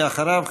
ואחריו,